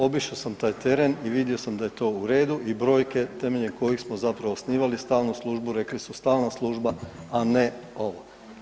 Obišao sam taj teren i vidio sam da je to u redu i brojke temeljem kojih smo zapravo osnivali stalnu službu, rekli su stalna služba, a ne ovo.